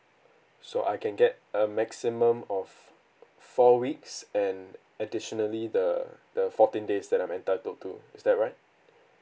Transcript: so I can get a maximum of four weeks and additionally the the fourteen days that I'm entitled to is that right